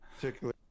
particularly